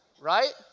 Right